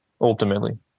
Ultimately